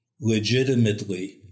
legitimately